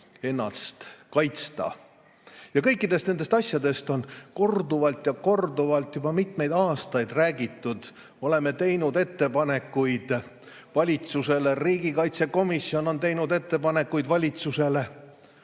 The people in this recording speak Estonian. ennast kaitsta. Kõikidest nendest asjadest on korduvalt ja korduvalt juba mitmeid aastaid räägitud. Oleme teinud ettepanekuid valitsusele, riigikaitsekomisjon on teinud ettepanekuid valitsusele.